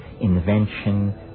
invention